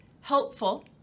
helpful